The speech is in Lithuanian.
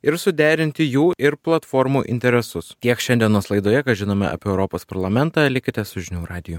ir suderinti jų ir platformų interesus tiek šiandienos laidoje ką žinome apie europos parlamentą likite su žinių radiju